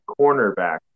cornerback